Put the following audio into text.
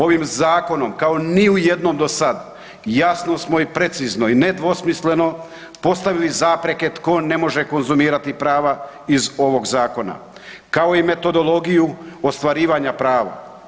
Ovim zakon kao ni u jednom do sad jasno smo i precizno i nedvosmisleno postavili zapreke tko ne može konzumirati prava iz ovog zakona, kao i metodologiju ostvarivanja prava.